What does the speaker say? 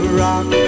rock